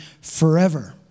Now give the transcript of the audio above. forever